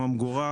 הממגורה